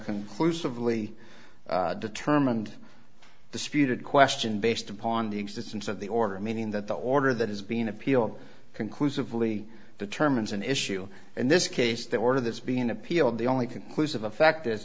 conclusively determined disputed question based upon the existence of the order meaning that the order that is being appealed conclusively determines an issue in this case the order that's being appealed the only conclusive effect